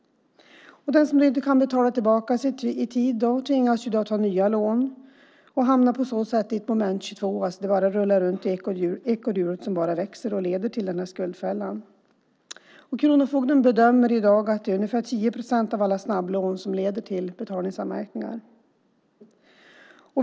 Den som inte kan betala tillbaka i tid tvingas ta nya lån och hamnar på så sätt i ett moment 22. Det rullar runt i ekorrhjulet som bara växer och leder till en skuldfälla. Kronofogden bedömer att ungefär 10 procent av alla snabblån leder till betalningsanmärkningar.